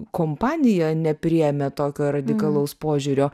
kompanija nepriėmė tokio radikalaus požiūrio